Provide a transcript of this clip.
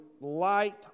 light